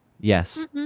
Yes